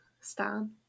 stan